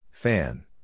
Fan